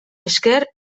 esker